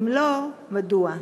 2. אם לא, מדוע?